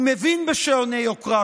הוא מבין בשעוני יוקרה,